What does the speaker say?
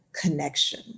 connection